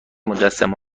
مجسمه